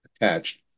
attached